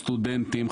סטודנטים,